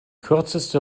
kürzeste